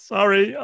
Sorry